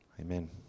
Amen